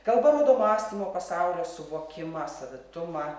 kalba rodo mąstymo pasaulio suvokimą savitumą